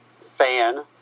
fan